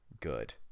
Good